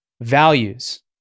Values